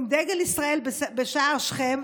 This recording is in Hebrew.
בשער שכם,